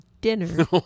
dinner